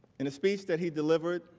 in a speech that he delivered